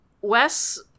Wes